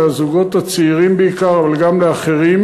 לזוגות הצעירים בעיקר אבל גם לאחרים,